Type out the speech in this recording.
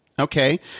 Okay